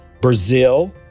Brazil